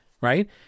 right